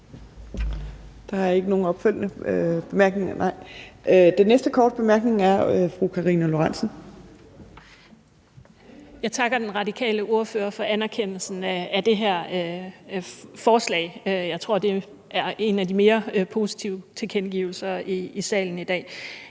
Er der nogen opfølgende bemærkninger? Nej. Den næste korte bemærkning er fra fru Karina Lorentzen. Kl. 15:31 Karina Lorentzen Dehnhardt (SF): Jeg takker den radikale ordfører for anerkendelsen af det her forslag. Jeg tror, at det er en af de mere positive tilkendegivelser i salen i dag.